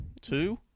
two